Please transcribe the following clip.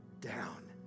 down